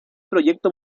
proyecto